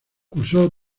curso